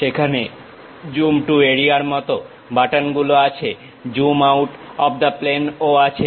সেখানে zoom to এরিয়ার মত বাটনগুলো আছে zoom out of that plane ও আছে